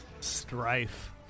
strife